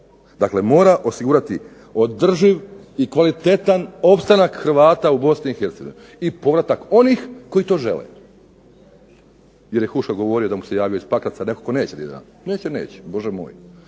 Dakle mora osigurati održiv i kvalitetan opstanak Hrvata u Bosni i Hercegovini, i povratak onih koji to žele, jer je Huška govorio da mu se javio iz Pakraca netko tko neće …/Ne razumije se./… Neće, neće, Bože moj.